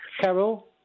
Carol